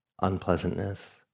unpleasantness